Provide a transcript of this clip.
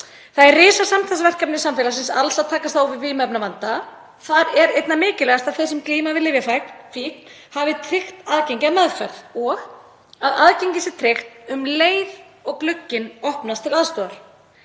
Það er risasamstarfsverkefni samfélagsins alls að takast á við vímuefnavanda. Þar er einna mikilvægast að þeir sem glíma við lyfjafíkn hafi tryggt aðgengi að meðferð og að aðgengi sé tryggt um leið og glugginn opnast til aðstoðar.